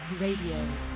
Radio